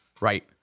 Right